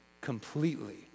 Completely